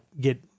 get